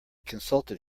consulted